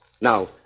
Now